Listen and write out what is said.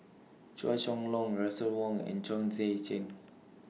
Chua Chong Long Russel Wong and Chong Tze Chien